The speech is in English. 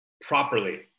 properly